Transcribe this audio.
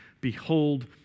behold